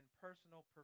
personal